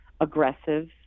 aggressive